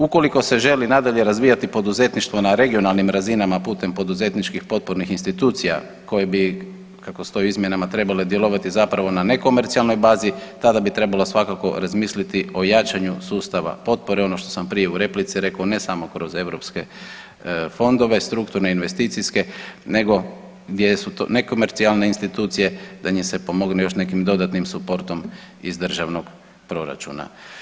Ukoliko se želi nadalje razvijati poduzetništvo na regionalnim razinama putem poduzetničkih potpornih institucija koje bi kako stoji u izmjenama trebale djelovati zapravo na nekomercijalnoj bazi tada bi trebalo svakako razmisliti o jačanju sustava potpore, ono što sam prije u replici rekao, ne samo kroz europske fondove strukturne, investicijske nego gdje su to nekomercijalne institucije da im se pomogne još nekim dodatnim suportom iz državnog proračuna.